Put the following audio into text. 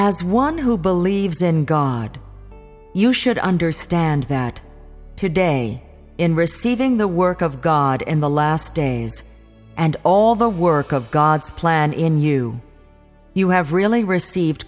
as one who believes in god you should understand that today in receiving the work of god in the last days and all the work of god's plan in you you have really received